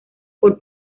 por